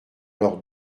leur